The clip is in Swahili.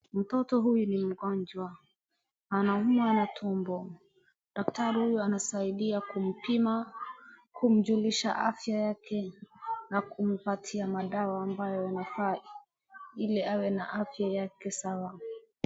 Mtoto huyu ni mgonjwa, anaumwa na tumbo. Daktari huyu anasaidia kumpima, kumjulisha afya yake na kumpatia madawa ambayo yanafaa ili awe na afya yake sawa.